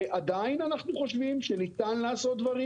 ועדיין אנחנו חושבים שניתן לעשות דברים.